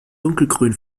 dunkelgrün